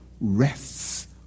rests